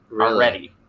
already